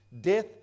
death